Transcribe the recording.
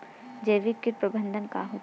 जैविक कीट प्रबंधन का होथे?